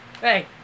Hey